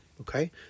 Okay